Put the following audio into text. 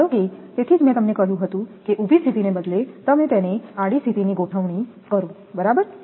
ધારો કે તેથી જ મેં તમને કહ્યું હતું કે ઊભી સ્થિતિને બદલે તમે તેને આડી સ્થિતિની ગોઠવણી કરો બરાબર